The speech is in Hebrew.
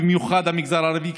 במיוחד במגזר הערבי,